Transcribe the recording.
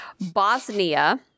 Bosnia